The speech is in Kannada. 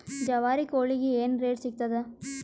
ಜವಾರಿ ಕೋಳಿಗಿ ಏನ್ ರೇಟ್ ಸಿಗ್ತದ?